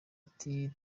ati